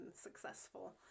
successful